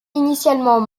initialement